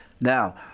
Now